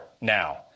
now